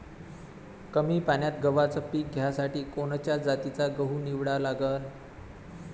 कमी पान्यात गव्हाचं पीक घ्यासाठी कोनच्या जातीचा गहू निवडा लागन?